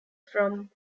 from